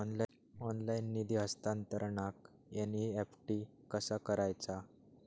Online निधी हस्तांतरणाक NEFT कसा वापरायचा?